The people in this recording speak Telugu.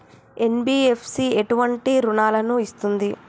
ఎన్.బి.ఎఫ్.సి ఎటువంటి రుణాలను ఇస్తుంది?